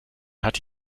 hat